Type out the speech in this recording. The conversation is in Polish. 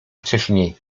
wcześniej